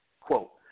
quote